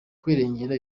kwirengera